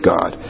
God